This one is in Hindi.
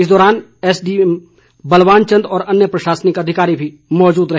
इस दौरान एसडीएम बलवान चंद और अन्य प्रशासनिक अधिकारी भी मौजूद रहे